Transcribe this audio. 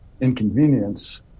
inconvenience